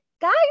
guys